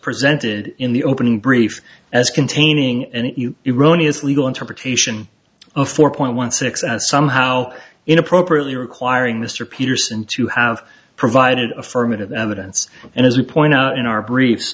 presented in the opening brief as containing and it you eroni is legal interpretation of four point one six somehow inappropriately requiring mr peterson to have provided affirmative evidence and as you point out in our brief